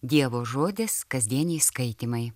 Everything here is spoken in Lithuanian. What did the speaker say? dievo žodis kasdieniai skaitymai